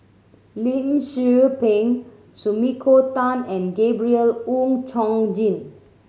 Lim Tze Peng Sumiko Tan and Gabriel Oon Chong Jin